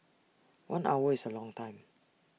one hour is A long time